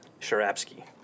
Sharapsky